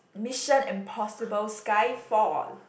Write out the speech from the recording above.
Mission-Impossible-Sky-Fall